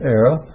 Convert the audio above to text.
era